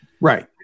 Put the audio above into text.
Right